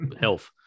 health